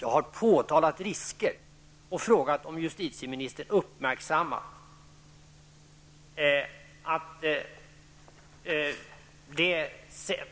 Jag har påtalat risker och frågat om justitieministern uppmärksammat att det sätt